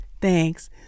thanks